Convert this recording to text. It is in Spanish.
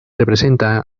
representa